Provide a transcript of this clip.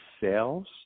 sales